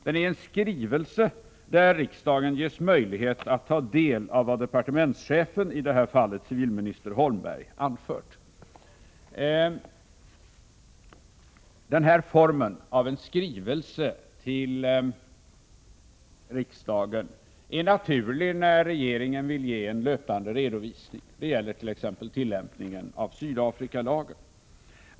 Det är en skrivelse där riksdagen ges möjlighet att ta del av vad departementschefen, i det här fallet civilminister Bo Holmberg, anfört. Den här formen av en skrivelse till riksdagen är naturlig när regeringen vill ge en löpande redovisning. Det gäller t.ex. tillämpningen av Sydafrikalagen.